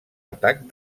atac